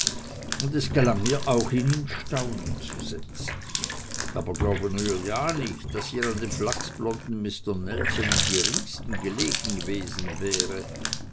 und es gelang ihr auch ihn in staunen zu setzen aber glaube nur ja nicht daß ihr an dem flachsblonden mister nelson im geringsten gelegen gewesen wäre